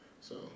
So-